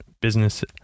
business